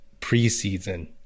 preseason